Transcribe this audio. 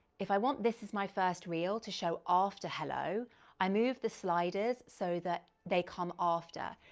if i want this as my first reel to show after hello, i move the sliders so that they come after.